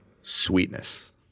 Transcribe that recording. Sweetness